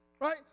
Right